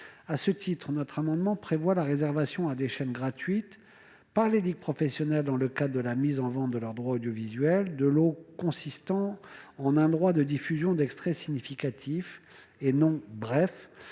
À ce titre, cet amendement a pour objet la réservation à des chaînes gratuites par les ligues professionnelles, dans le cadre de la mise en vente de leurs droits audiovisuels, de lots consistant en un droit de diffusion d'extraits significatifs, et non brefs,